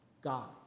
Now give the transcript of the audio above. God